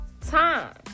time